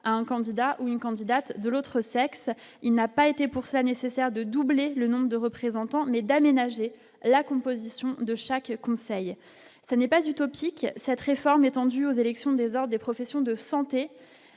à un candidat ou une candidate de l'autre sexe, il n'a pas été pour cela nécessaire de doubler le nombre de représentants mais d'aménager la composition de chaque conseil, ce n'est pas utopique cette réforme étendue aux élections des arts, des professions de santé